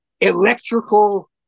electrical